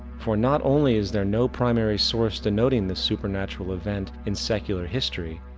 for not only is there no primary source denoting this supernatural event in secular history,